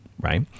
right